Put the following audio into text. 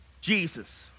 Jesus